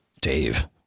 Dave